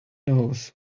knows